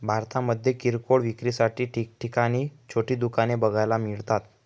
भारतामध्ये किरकोळ विक्रीसाठी ठिकठिकाणी छोटी दुकाने बघायला मिळतात